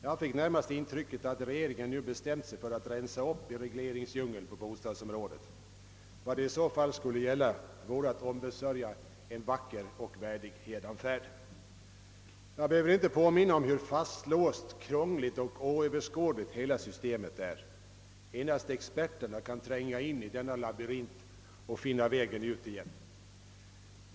Jag fick närmast det intrycket, att regeringen nu hade bestämt sig för att rensa upp i regleringsdjungeln på bostadsområdet. Vad det i så fall skulle gälla vore att ombesörja en vacker och värdig hädanfärd. Jag behöver inte påminna om hur fastlåst, krångligt och oöverskådligt hela systemet är. Endast experterna kan tränga in i denna labyrint och finna vägen ut igen.